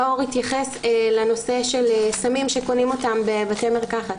מאור התייחס לנושא של סמים שקונים אותם בבתי מרקחת.